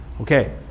Okay